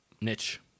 niche